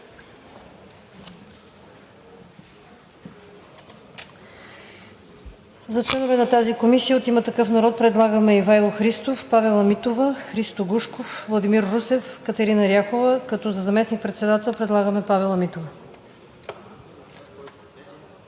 за членове на тази комисия предлагаме Ивайло Христов, Павела Митова, Христо Гушков, Владимир Русев, Катерина Ряхова, като за заместник-председател предлагаме Павела Митова.